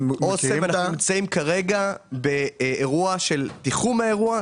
עם אוסם אנחנו נמצאים בתיחום האירוע.